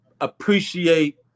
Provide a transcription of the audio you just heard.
appreciate